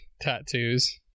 tattoos